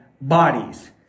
bodies